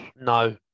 No